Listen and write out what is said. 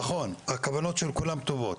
נכון הכוונות של כולם טובות,